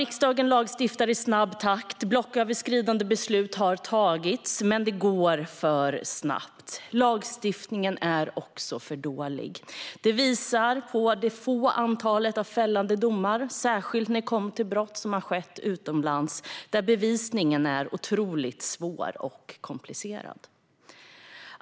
Riksdagen lagstiftar i snabb takt. Blocköverskridande beslut har tagits. Men det har gått för snabbt. Lagstiftningen är också för dålig. Det visar det låga antalet fällande domar, särskilt när det gäller brott som har skett utomlands, där bevisningen är otroligt svår och komplicerad.